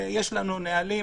יש לנו נהלים,